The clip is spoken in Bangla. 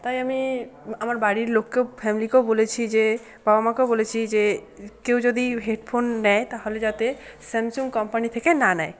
তাই আমি আমার বাড়ির লোককেও ফ্যামিলিকেও বলেছি যে বাবা মাকেও বলেছি যে কেউ যদি হেডফোন নেয় তাহলে যাতে স্যামসুং কোম্পানি থেকে না নেয়